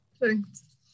Thanks